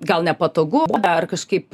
gal nepatogu ar kažkaip